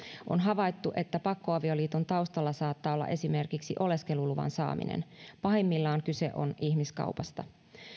on havaittu että pakkoavioliiton taustalla saattaa olla esimerkiksi oleskeluluvan saaminen pahimmillaan kyse on ihmiskaupasta